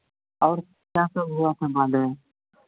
और क्या सब हुआ था बाढ़ में